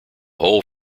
whole